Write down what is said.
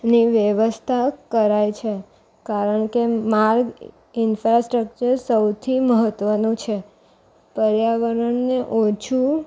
ની વ્યવસ્થા કરાય છે કારણકે માર્ગ ઇન્ફ્રાસ્ટ્રકચર સૌથી મહત્ત્વનું છે પર્યાવરણને ઓછું